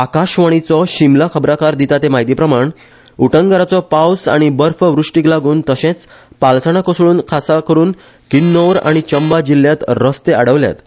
आकाशवाणीचो शिमला खबराकार दिता ते म्हायतीप्रमाण उटंगराचो पावस आनी बर्फ वृष्टीक लागुन तश्रच पालसणा कोसळुन खासा करून किन्नौर आनी चंबा जिल्ल्यांत रस्ते आडवल्यात